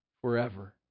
forever